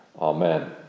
Amen